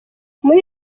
muri